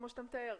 כמו שאתה מתאר,